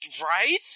Right